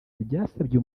byasabye